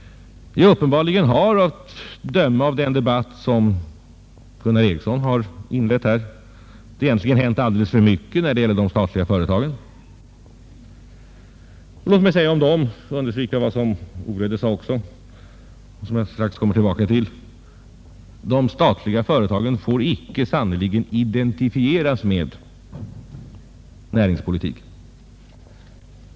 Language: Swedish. Uppenbarligen har, att döma av den debatt som herr Gunnar Ericsson i Åtvidaberg inledde här, det tvärtom hänt alldeles för mycket åtminstone när det gäller de statliga företagen. Men låt mig understryka vad herr Olhede sade: de statliga företagen får icke identifieras med näringspolitiken.